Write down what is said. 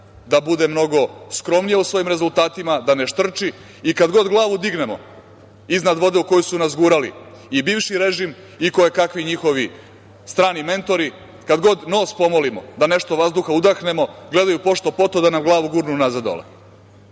da bude mnogo skromnija u svojim rezultatima, da ne štrči i kad god glavu dignemo iznad vode u koju su nas gurali i bivši režim i kojekakvi njihovi strani mentori, kad god nos promolimo da nešto od vazduha udahnemo, gledaju pošto-poto da nam glavu gurnu nazad dole.